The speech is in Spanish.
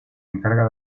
encarga